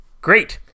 Great